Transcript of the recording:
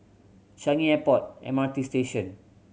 Changi Airport M R T Station